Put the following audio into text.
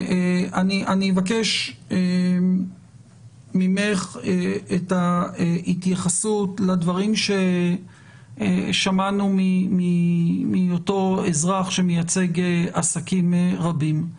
אני מבקש ממך את ההתייחסות לדברים ששמענו מאותו אזרח שמייצג עסקים רבים.